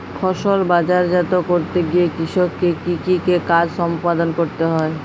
ফসল বাজারজাত করতে গিয়ে কৃষককে কি কি কাজ সম্পাদন করতে হয়?